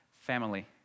family